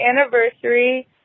anniversary